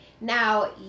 Now